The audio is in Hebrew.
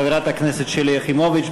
חברת הכנסת שלי יחימוביץ.